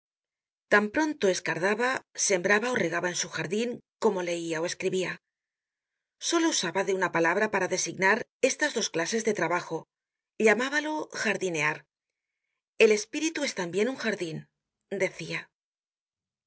tan pronto escardaba sembraba ó regaba en su jardin como leia ó escribia solo usaba de una palabra para designar estas dos clases de trabajo llamábalo jardinear el espíritu es tambien un jardin decia